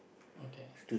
okay